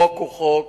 חוק הוא חוק,